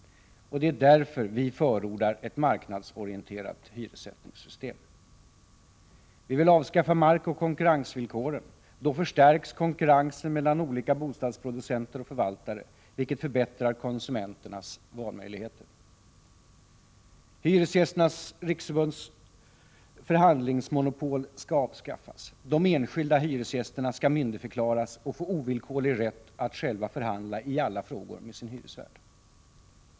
Det är därför vi förordar ett marknadsorienterat hyressättningssystem. Vi vill avskaffa markoch konkurrensvillkoren. Då förstärks konkurrensen mellan olika bostadsproducenter och förvaltare, vilket förbättrar konsumenternas valmöjligheter. enskilda hyresgästerna skall myndigförklaras och få ovillkorlig rätt att själva förhandla i alla frågor med sin hyresvärd.